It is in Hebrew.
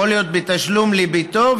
יכול להיות בתשלום לביתו,